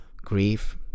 Grief